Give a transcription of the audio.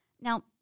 Now